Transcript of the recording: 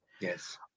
Yes